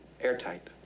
Airtight